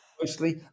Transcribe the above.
mostly